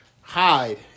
hide